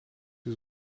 jis